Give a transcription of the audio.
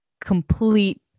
complete